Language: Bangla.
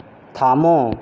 থাম